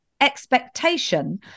expectation